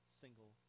single